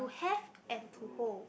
to have and to hold